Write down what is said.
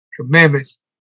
commandments